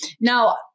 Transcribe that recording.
Now